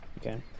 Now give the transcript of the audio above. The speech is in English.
Okay